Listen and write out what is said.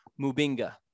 Mubinga